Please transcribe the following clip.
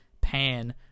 pan